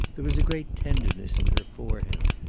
there was a great tenderness in her for him.